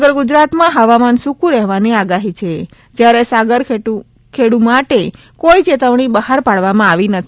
સમગ્ર ગુજરાત માં હવામાન સૂકં રહેવાની આગાહી છે જ્યારે સાગરખેડુ માટે કોઈ ચેતવણી બહાર પાડવામાં આવી નથી